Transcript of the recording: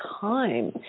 time